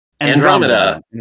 Andromeda